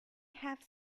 have